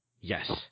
Yes